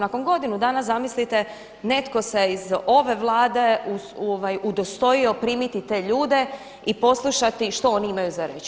Nakon godinu dana zamislite netko se iz ove Vlade udostojio primiti te ljude i poslušati što oni imaju za reći.